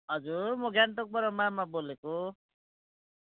हजुर म गान्तोकबाट मामा बोलेको